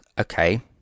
Okay